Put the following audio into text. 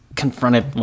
Confronted